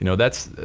you know that's,